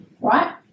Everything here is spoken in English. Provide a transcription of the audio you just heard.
right